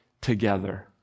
together